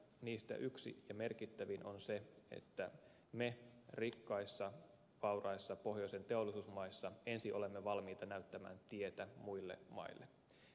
niistä yksi ja merkittävin on se että me rikkaissa vauraissa pohjoisen teollisuusmaissa ensin olemme valmiita näyttämään tietä muille maille